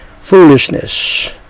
foolishness